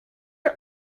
are